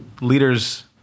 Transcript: leaders